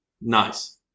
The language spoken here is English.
Nice